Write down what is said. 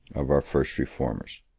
of our first reformers.